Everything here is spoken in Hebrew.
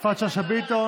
יפעת שאשא ביטון.